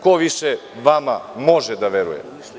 Ko više vama može da veruje?